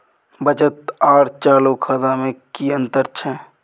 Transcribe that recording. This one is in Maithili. बचत आर चालू खाता में कि अतंर छै?